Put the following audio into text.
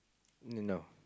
no